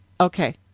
Okay